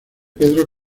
pedro